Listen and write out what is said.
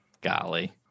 golly